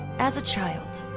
as a child,